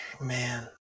Man